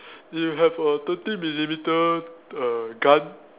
you have a thirteen millimetre err gun